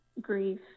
grief